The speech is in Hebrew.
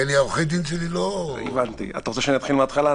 אתה רוצה שאני אתחיל מהתחלה?